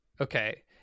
okay